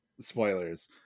spoilers